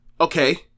okay